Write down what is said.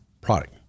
product